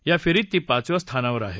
या फरीत ती पाचव्या स्थानावर राहिली